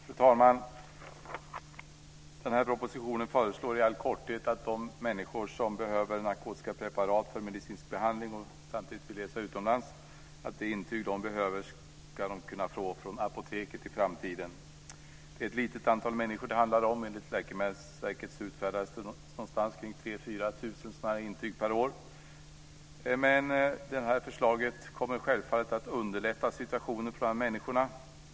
Fru talman! Den här propositionen föreslår i all korthet att de människor som behöver narkotiska preparat för medicinsk behandling och samtidigt vill resa utomlands ska kunna få intyg från apoteket i framtiden. Det handlar om ett litet antal människor. Förslaget kommer självfallet att underlätta situationen för dessa människor.